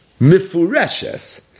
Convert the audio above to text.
mifureshes